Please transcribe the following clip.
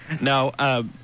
No